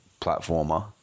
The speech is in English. platformer